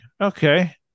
Okay